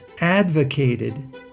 advocated